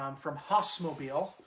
um from hossmobile.